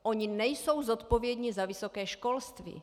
Oni nejsou zodpovědní za vysoké školství.